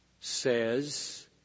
says